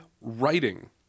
writing